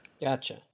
Gotcha